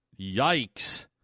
yikes